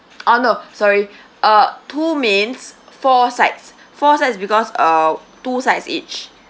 oh no sorry uh two mains four sides four sides is because uh two sides each